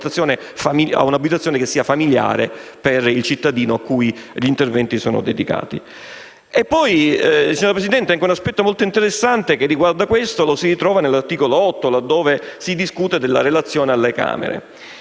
o un'abitazione che sia familiare per il cittadino cui gli interventi sono dedicati. Signora Presidente, un aspetto molto interessante lo si ritrova nell'articolo 8, laddove si discute della relazione alle Camere.